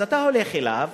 אז אתה הולך אליו,